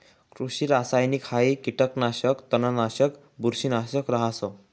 कृषि रासायनिकहाई कीटकनाशक, तणनाशक, बुरशीनाशक रहास